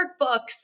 workbooks